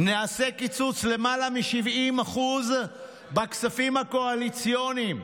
נעשה קיצוץ של למעלה מ-70% בכספים הקואליציוניים.